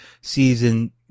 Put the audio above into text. Season